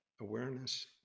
awareness